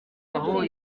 aho